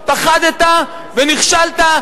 פחדת ונכשלת,